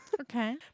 Okay